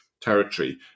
territory